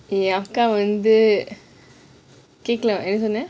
என் அக்கா வந்து கேக்கல்ல என்ன சொன்ன:en akka wanthu keakkalla enna sonna